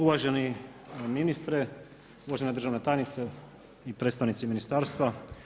Uvaženi ministre, uvažena državna tajnice i predstavnici ministarstva.